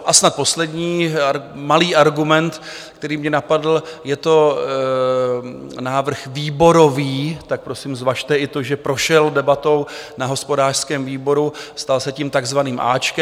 A snad poslední malý argument, který mě napadl je to návrh výborový, tak prosím zvažte i to, že prošel debatou na hospodářském výboru, stal se tím takzvaným áčkem.